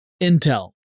Intel